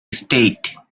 estate